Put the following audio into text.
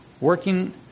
working